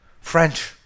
French